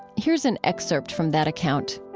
here is an excerpt from that account